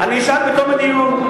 אני אשאל בתום הדיון.